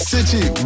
City